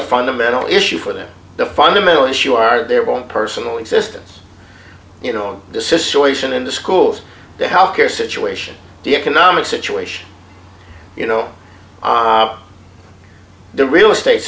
a fundamental issue for them the fundamental issue are their own personal existence you know desists choice in in the schools the health care situation the economic situation you know the real estate